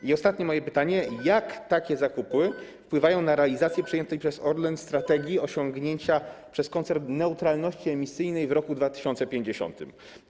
I ostatnie moje pytanie: Jak takie zakupy wpływają na realizację przyjętej przez Orlen strategii osiągnięcia przez koncern neutralności emisyjnej w roku 2050?